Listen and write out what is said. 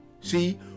see